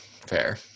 Fair